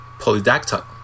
Polydactyl